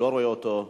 אני לא רואה אותו.